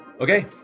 Okay